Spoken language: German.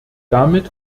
damit